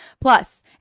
Plus